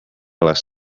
les